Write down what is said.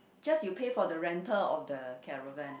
just you pay for the rental of the caravan